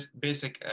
basic